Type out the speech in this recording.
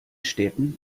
städten